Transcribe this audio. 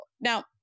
Now